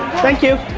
thank you.